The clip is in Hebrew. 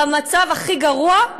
במצב הכי גרוע,